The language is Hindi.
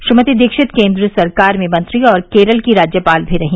श्रीमती दीक्षित केन्द्र सरकार में मंत्री और केरल की राज्यपाल भी रही